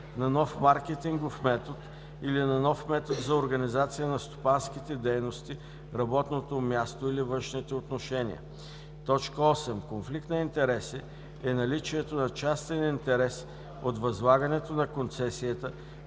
на нов маркетингов метод или на нов метод на организация на стопанските дейности, работното място или външните отношения. 8. „Конфликт на интереси“ е наличието на частен интерес от възлагането на концесията